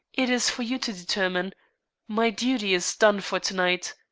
it is for you to determine my duty is done for to-night.